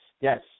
yes